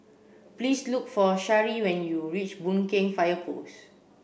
please look for Sharee when you reach Boon Keng Fire Post